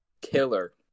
killer